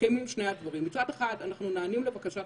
יתקיימו שני הדברים: גם נענים לבקשת